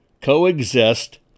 coexist